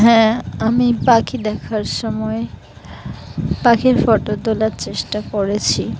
হ্যাঁ আমি পাখি দেখার সময় পাখির ফটো তোলার চেষ্টা করেছি